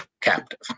captive